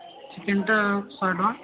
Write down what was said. ଚିକେନଟା ଶହେଟଙ୍କା